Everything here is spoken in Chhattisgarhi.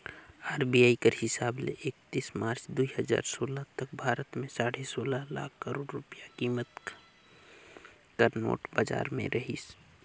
आर.बी.आई कर हिसाब ले एकतीस मार्च दुई हजार सोला तक भारत में साढ़े सोला लाख करोड़ रूपिया कीमत कर नोट बजार में रहिस